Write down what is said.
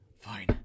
fine